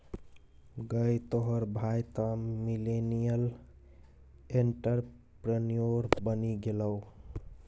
गै तोहर भाय तँ मिलेनियल एंटरप्रेन्योर बनि गेलौ